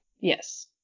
Yes